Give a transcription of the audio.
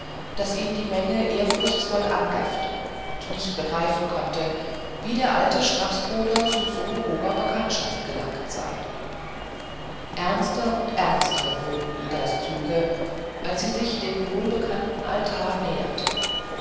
daß ihn die menge ehrfurchtsvoll angaffte und nicht begreifen konnte wie der alte schnapsbruder zu so hoher bekanntschaft gelangt sei ernster und ernster wurden die züge idas als sie sich dem wohlbekannten altar näherte